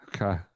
okay